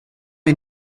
ils